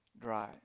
dry